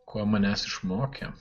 ko manęs išmokė